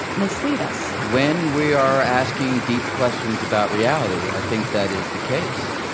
mislead us when we are asking deep questions about reality, i think that is the case.